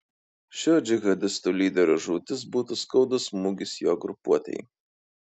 šio džihadistų lyderio žūtis būtų skaudus smūgis jo grupuotei